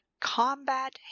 Combat